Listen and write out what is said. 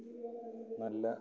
നല്ല